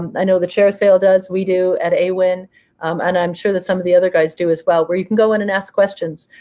um i know the chair of sales does. we do at awin. and i'm sure that some of the other guys do as well, where you can go in and ask questions.